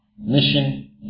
mission